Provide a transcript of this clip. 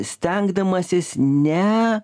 stengdamasis ne